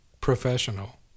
professional